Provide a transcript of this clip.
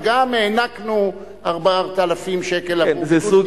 וגם הענקנו 4,000 שקלים עבור ביגוד,